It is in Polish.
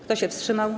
Kto się wstrzymał?